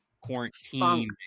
quarantine